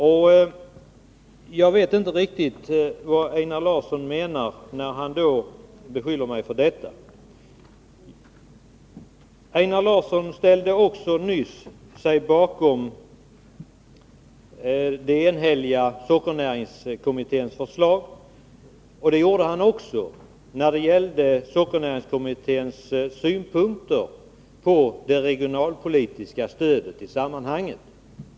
Jag vet alltså inte riktigt vad Einar Larsson menar med sin beskyllning. Einar Larsson ställde sig också nyss bakom det enhälliga förslaget från sockernäringskommittén. Det gjorde han också 1982 när det gällde kommitténs synpunkter på det regionalpolitiska stödet.